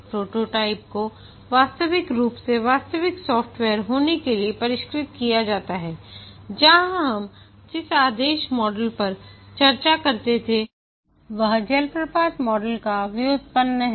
prototype को वास्तविक रूप से वास्तविक सॉफ्टवेयर होने के लिए परिष्कृत किया जाता है जहां हम जिस आदर्श मॉडल पर चर्चा करते थे वह जलप्रपात मॉडल का व्युत्पन्न है